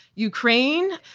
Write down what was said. ukraine,